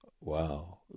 wow